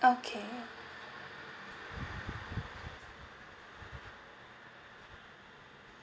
okay